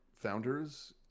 founders